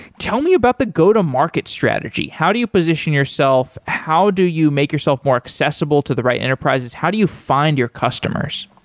tell me about the go-to market strategy. how do you position yourself? how do you make yourself more accessible to the right enterprises? how do you find your customers?